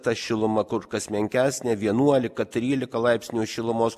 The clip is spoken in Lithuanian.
ta šiluma kur kas menkesnė vienuolika trylika laipsnių šilumos